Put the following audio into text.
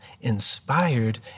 inspired